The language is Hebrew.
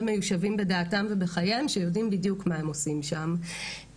מיושבים בדעתם ובחייהם שיודעים בדיוק מה הם עושים שם.